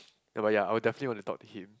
but ya I'll definitely want to talk to him